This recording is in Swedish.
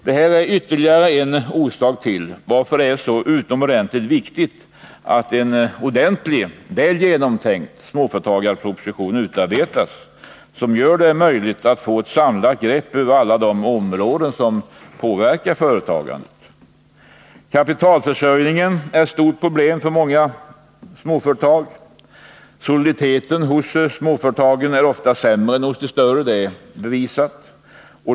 Detta är ytterligare en orsak till att en ordentlig, väl genomtänkt småföretagarproposition måste utarbetas, som gör det möjligt att få ett samlat grepp över alla de områden som påverkar företagandet. Kapitalförsörjningen är ett stort problem för många småföretag. Deras soliditet är ofta sämre än de större företagens, det är bevisat.